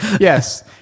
Yes